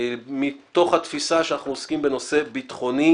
מתוך התפיסה שאנחנו עוסקים בנושא ביטחוני